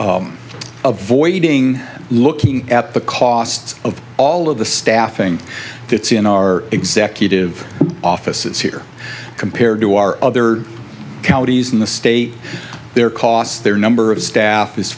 were avoiding looking at the costs of all of the staffing fits in our executive offices here compared to our other counties in the state their cost their number of staff